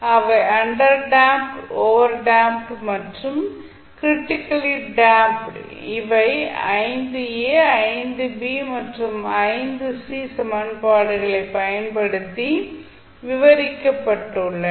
அவை under damped over damped மற்றும் critically damped இவை மற்றும் சமன்பாடுகளைப் பயன்படுத்தி விவரிக்கப்பட்டுள்ளன